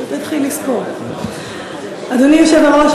אדוני היושב-ראש,